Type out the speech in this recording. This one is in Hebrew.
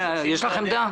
יש לך עמדה?